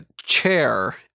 Chair